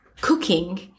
cooking